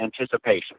anticipation